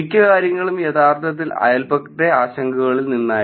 മിക്ക കാര്യങ്ങളും യഥാർത്ഥത്തിൽ അയൽപക്കത്തെ ആശങ്കകളിൽ നിന്നായിരുന്നു